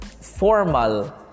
Formal